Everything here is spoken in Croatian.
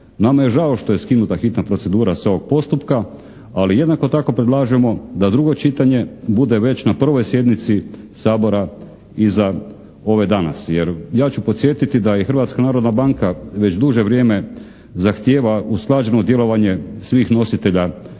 Nama je žao što je skinuta hitna procedura sa ovog postupka, ali jednako tako predlažemo da drugo čitanje bude već na prvoj sjednici Sabora iza ove danas jer ja ću podsjetiti da i Hrvatska narodna banka već duže vrijeme zahtijeva usklađeno djelovanje svih nositelja